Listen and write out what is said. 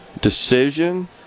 decision